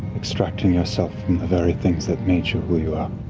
extracting yourself from the very things that made you who you are.